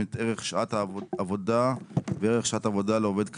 את ערך שעת עבודה וערך שעת עבודה לעובד קבלן),